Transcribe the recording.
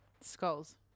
Skulls